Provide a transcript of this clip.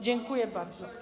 Dziękuję bardzo.